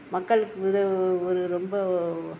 மக்களுக்கு உதவு ஒரு ரொம்ப